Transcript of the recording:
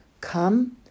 Come